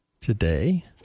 today